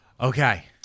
Okay